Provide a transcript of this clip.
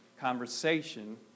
conversation